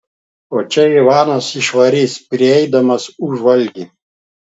o čia ivanas išvarys prieidamas už valgį